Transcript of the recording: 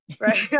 Right